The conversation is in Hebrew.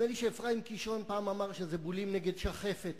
נדמה לי שאפרים קישון אמר פעם שאלה בולים נגד שחפת,